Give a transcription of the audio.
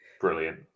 brilliant